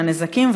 על הנזקים,